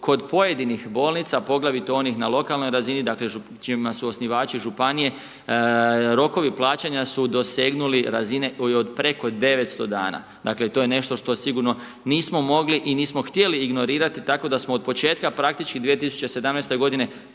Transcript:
kod pojedinih bolnica, poglavito kod onih na lokalnoj razini, dakle, čiji su osnivači županije, rokovi plaćanja su dosegnuli razine preko 900 dana. Dakle, to je nešto što sigurno nismo mogli i nismo htjeli ignorirati, tako da smo od početka praktički 2017. godine